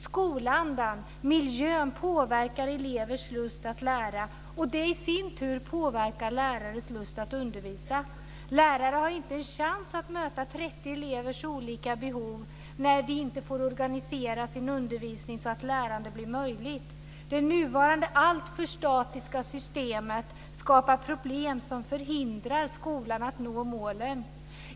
Skolandan och miljön påverkar elevers lust att lära, och det i sin tur påverkar lärares lust att undervisa. Lärare har inte en chans att möta 30 elevers olika behov när de inte får organisera sin undervisning så att lärande blir möjligt. Det nuvarande alltför statiska systemet skapar problem som förhindrar skolan att nå målen.